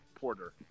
Porter